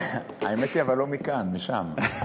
האמת היא אבל לא מכאן, משם.